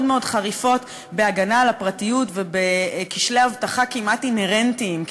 מאוד חריפות בהגנה על הפרטיות וכשלי אבטחה כמעט אינהרנטיים,